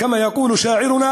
כפי שהמשורר שלנו